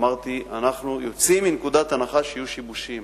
אמרתי שאנחנו יוצאים מנקודת הנחה שיהיו שיבושים